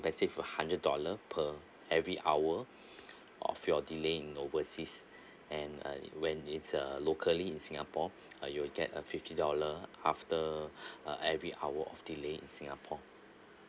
compensate hundred dollar per every hour of your delay in overseas and uh when it's uh locally in singapore uh you'll get a fifty dollar after uh every hour of delay in singapore